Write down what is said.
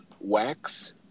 wax